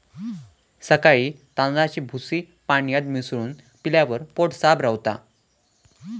सकाळी तांदळाची भूसी पाण्यात मिसळून पिल्यावर पोट साफ रवता